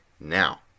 Now